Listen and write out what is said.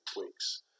weeks